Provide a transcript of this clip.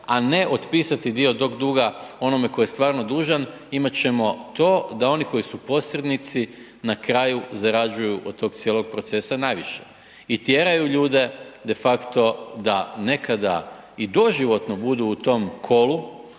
a ne otpisati dio tog duga onome koji je stvarno dužan, imat ćemo to da oni koji su posrednici na kraju zarađuju od tog cijelog procesa najviše i tjeraju ljude defakto da nekada i doživotno budu u tom kolu